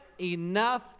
enough